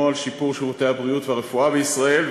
על שיפור שירותי הבריאות והרפואה בישראל,